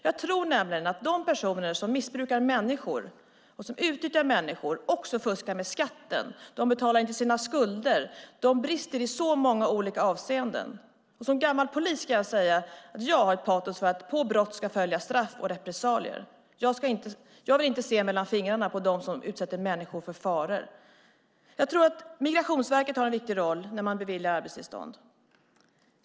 Jag tror nämligen att de personer som utnyttjar människor också fuskar med skatten. De betalar inte sina skulder. De brister i många olika avseenden. Som före detta polis är mitt patos att på brott ska följa straff och repressalier. Jag vill inte se mellan fingrarna med dem som utsätter människor för fara. Migrationsverket har en viktig roll när man beviljar arbetstillstånd.